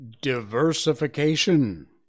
diversification